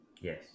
Yes